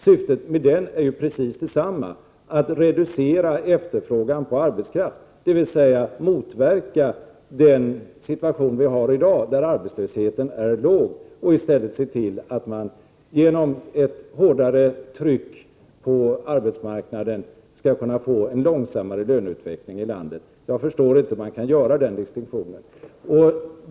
Syftet med den är ju precis detsamma, nämligen att reducera efterfrågan på arbetskraft, dvs. att motverka dagens situation, där arbetslösheten är låg, och i stället se till att man genom ett hårdare tryck på arbetsmarknaden får en långsammare löneutveckling i landet. Jag förstår inte hur finansministern kan göra den distinktionen.